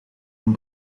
een